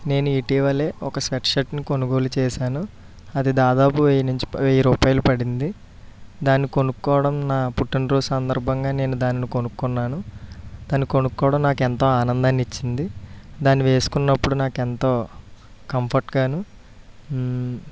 నేను ఇటీవల ఒక స్వెట్షర్ట్ని కొనుగోలు చేసాను అది దాదాపు వెయ్యి నుంచి ప వెయ్యి రూపాయలు పడింది దాన్ని కొనుకోవడం నా పుట్టిన రోజు సందర్భంగా నేను దాన్ని కొనుక్కున్నాను దాన్ని కొనుకోవడం నాకు ఎంతో ఆనందాన్ని ఇచ్చింది దాన్ని వేసుకున్నప్పుడు నాకు ఎంతో కంఫర్ట్ గా